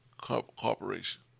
corporation